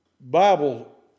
Bible